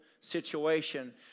situation